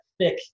thick